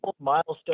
milestone